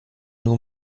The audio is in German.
nur